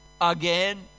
Again